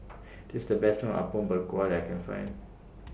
This The Best Apom Berkuah I Can Find